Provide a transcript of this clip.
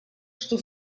что